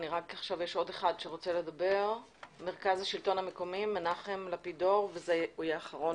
מנחם לפידור ממרכז השלטון המקומי רוצה לדבר אחרון.